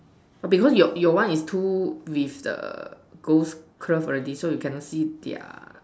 because your your one is two with the ghost glove already so you cannot see their